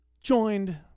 Joined